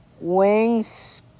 Wings